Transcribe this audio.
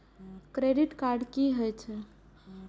Credit card की होई छै?